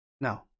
No